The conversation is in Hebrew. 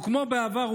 וכמו בעבר,